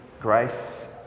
grace